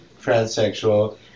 transsexual